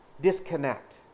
disconnect